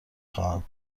خواهم